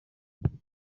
gloire